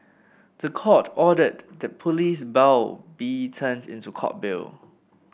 the Court ordered that police bail be turned into Court bail